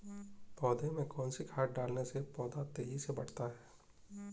पौधे में कौन सी खाद डालने से पौधा तेजी से बढ़ता है?